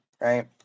right